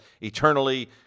eternally